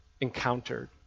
encountered